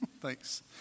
Thanks